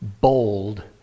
bold